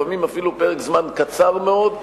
לפעמים אפילו פרק זמן קצר מאוד,